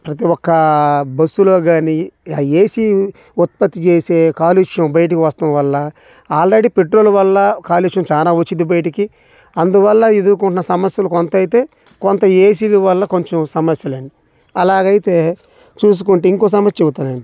ప్రతి ఒక్క బస్సులో కానీ ఆ ఏసీ ఉత్పత్తి చేసే కాలుష్యం బయటకు వస్తం వల్ల ఆల్రెడీ పెట్రోల్ వల్ల కాలుష్యం చాలా వచ్చిద్ది బయటికి అందువల్ల ఎదుర్కొంటున్న సమస్యలు కొంత అయితే కొంత ఏసీల వల్ల కొంచెం సమస్యలు అండి అలాగైతే చూసుకుంటే ఇంకో సమస్య చెప్తానండి